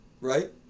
right